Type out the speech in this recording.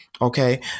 Okay